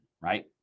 right